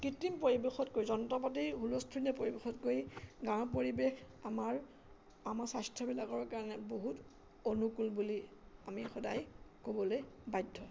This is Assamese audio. কৃত্ৰিম পৰিৱেশতকৈ যন্ত্ৰ পাতি হুলস্থূলীয়া পৰিৱেশতকৈ গাঁৱৰ পৰিৱেশ আমাৰ আমাৰ স্বাস্থ্যবিলাকৰ কাৰণে বহুত অনুকূল বুলি আমি সদায় ক'বলৈ বাধ্য